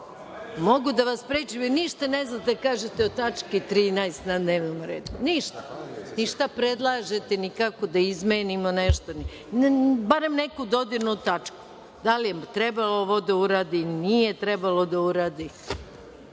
Mogu da vas sprečim, jer ništa ne znate da kažete o tački 13. koja je na dnevnom redu, ništa, ni šta predlažete, ni kako da izmenimo nešto, bar neku dodirnu tačku, da li je trebalo ovo da uradi ili nije trebalo da uradi.